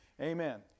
Amen